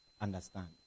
understand